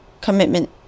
commitment